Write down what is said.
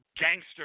gangster